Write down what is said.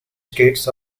states